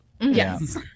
Yes